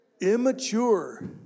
Immature